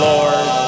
Lord